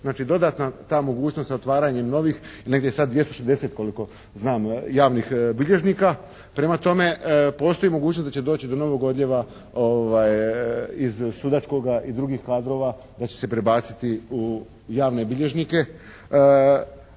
znači dodatna ta mogućnost sa otvaranjem novih i negdje sad 260 koliko znam javnih bilježnika. Prema tome, postoji mogućnost da će doći do novog odljeva iz sudačkoga i drugih kadrova da će se prebaciti u javne bilježnike